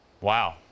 Wow